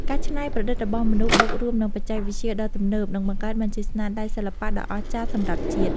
ភាពច្នៃប្រឌិតរបស់មនុស្សបូករួមនឹងបច្ចេកវិទ្យាដ៏ទំនើបនឹងបង្កើតបានជាស្នាដៃសិល្បៈដ៏អស្ចារ្យសម្រាប់ជាតិ។